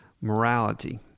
morality